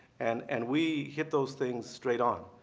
and and we hit those things straight on.